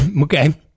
Okay